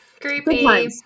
Creepy